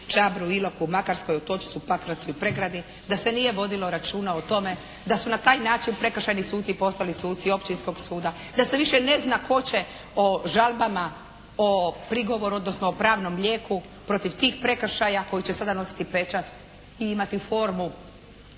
Čambru, Iloku, Makarskoj, Otočcu, Pakracu i Pregradi, da se nije vodilo računa o tome da su na taj način prekršajni suci postali suci općinskog suda, da se više ne zna tko će o žalbama, o prigovor, odnosno o pravnom lijeku protiv tih prekršaja koji će sada nositi pečat i imati formu